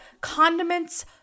condiments